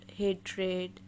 hatred